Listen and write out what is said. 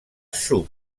zoom